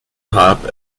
pop